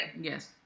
Yes